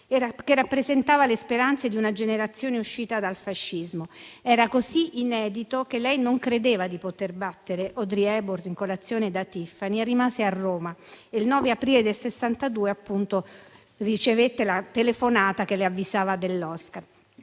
che rappresentava le speranze di una generazione uscita dal fascismo. Era così inedito che lei non credeva di poter battere Audrey Hepburn in «Colazione da Tiffany» e rimase a Roma. Il 9 aprile 1962 ricevette la telefonata che l'avvisava dell'Oscar.